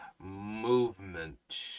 movement